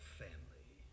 family